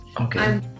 Okay